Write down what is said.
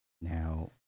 Now